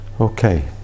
Okay